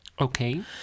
Okay